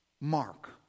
Mark